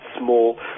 small